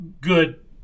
good